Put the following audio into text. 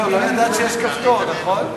לא ידעת שיש כפתור, נכון?